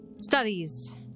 Studies